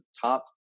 top